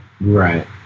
Right